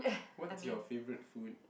what's your favourite food